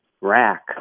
rack